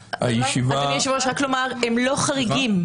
אדוני היושב-ראש, רק לומר, הם לא חריגים.